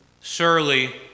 Surely